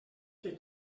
que